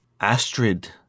Astrid